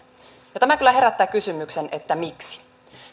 tämä kyllä herättää kysymyksen miksi